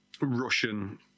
Russian